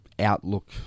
outlook